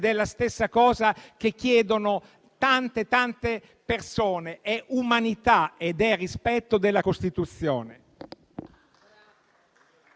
ed è la stessa cosa che chiedono tante persone. È umanità ed è rispetto della Costituzione.